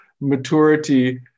maturity